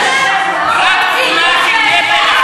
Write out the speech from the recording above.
בגלל הכיבוש,